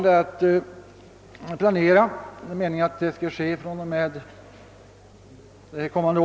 Ett annat exempel.